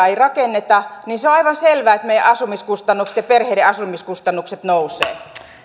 ei rakenneta niin on aivan selvää että meillä asumiskustannukset ja perheiden asumiskustannukset nousevat